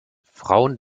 frauen